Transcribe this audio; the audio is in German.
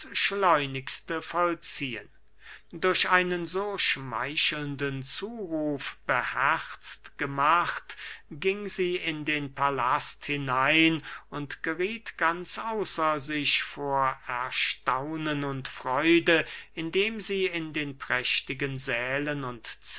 schleunigste vollziehen durch einen so schmeichelnden zuruf beherzt gemacht ging sie in den palast hinein und gerieth ganz außer sich vor erstaunen und freude indem sie in den prächtigen sählen und